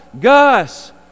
Gus